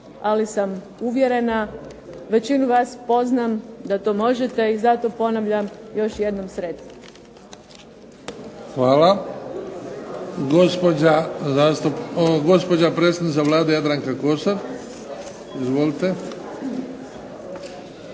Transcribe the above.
ali sam uvjerena, većinu vas poznam, da to možete i zato ponavljam još jednom sretno. **Bebić, Luka (HDZ)** Hvala. Gospođa predsjednica Vlade Jadranka Kosor. Izvolite.